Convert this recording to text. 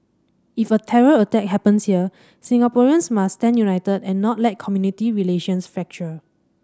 if a terror attack happens here Singaporeans must stand united and not let community relations fracture